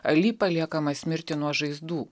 ali paliekamas mirti nuo žaizdų